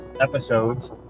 episodes